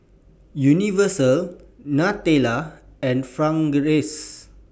Universal Nutella and Fragrance